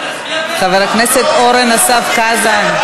חבר הכנסת אורן אסף חזן.